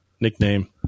Nickname